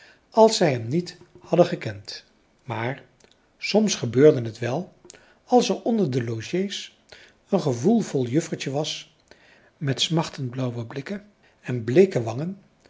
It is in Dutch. als zij hem niet hadden gekend maar soms gebeurde het wel als er onder de logé's een gevoelvol juffertje was met smachtendblauwe blikfrançois haverschmidt familie en kennissen ken en bleeke wangen